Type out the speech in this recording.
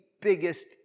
biggest